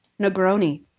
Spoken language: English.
Negroni